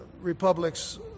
republics